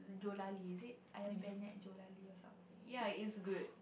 Jolari is it Ayam-Penyet Jolari or something ya it's good